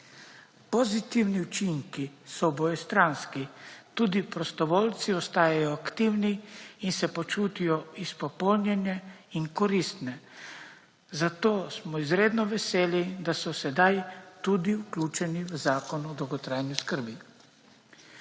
Pozitivni učinki so obojestranski, tudi prostovoljci ostajajo aktivni in se počutijo izpopolnjene in koristne. Zato smo izredno veseli, da so sedaj tudi vključeni v Zakon o dolgotrajni oskrbi.